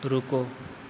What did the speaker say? रुको